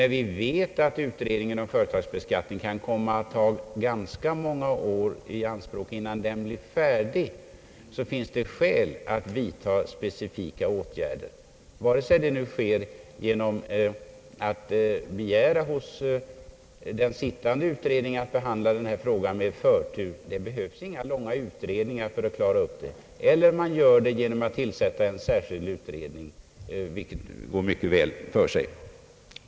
När vi vet att utredningen om företagsbeskattningen kan komma att ta ganska många år i anspråk innan den blir färdig, finns det skäl att vidta specifika åtgärder, vare sig det sker genom att man begär att den sittande utredningen skall behandla denna fråga med förtur — det behövs inga långa utredningar för att klara av den — eller genom att man tillsätter en särskild utredning, vilket går mycket väl för sig.